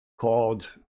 called